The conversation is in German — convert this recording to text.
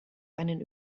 einen